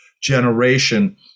generation